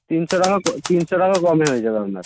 তিনশো টাকা ক তিনশো টাকা কমে হয়ে যাবে আপনার